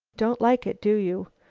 don't like it, do you?